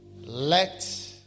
Let